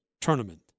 tournament